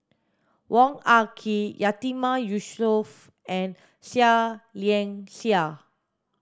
Wong Ah Kee Yatiman Yusof and Seah Liang Seah